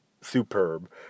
superb